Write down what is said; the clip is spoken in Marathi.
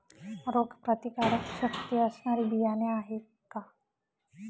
रोगप्रतिकारशक्ती असणारी बियाणे आहे का?